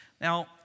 Now